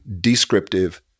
descriptive